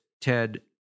Ted